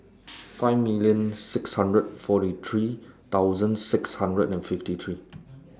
five million six hundred forty three thousand six hundred and fifty three